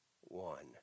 one